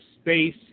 space